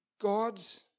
God's